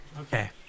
Okay